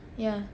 yeah